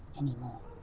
anymore. i